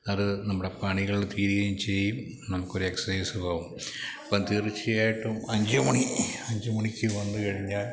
അത് നമ്മുടെ പണികൾ തീരുകയും ചെയ്യും നമുക്കൊരെക്സർസൈസും ആവും അപ്പോള് തീർച്ചയായിട്ടും അഞ്ച് മണി അഞ്ച് മണിക്ക് വന്നുകഴിഞ്ഞാൽ